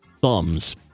thumbs